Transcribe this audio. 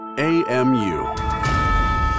AMU